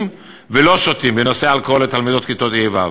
ולא שותים" בנושא אלכוהול לתלמידי כיתות ה'-ו'.